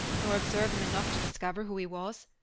nor observe him enough to discover who he was.